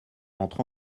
entre